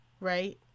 Right